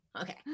Okay